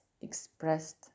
expressed